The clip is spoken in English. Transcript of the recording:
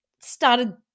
started